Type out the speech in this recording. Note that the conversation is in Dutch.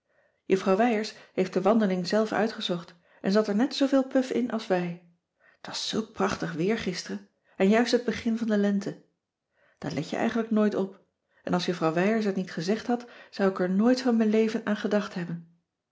juffrouw wijers heeft de wandeling zelf uitgezocht en ze had er net zooveel puf in als wij t was zulk prachtig weer gisteren en juist het begin van de lente daar let je eigenlijk nooit op en als juffrouw wijers het niet gezegd had zou ik er nooit van m'n leven aan gedacht hebben